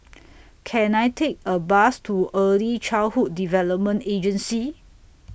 Can I Take A Bus to Early Childhood Development Agency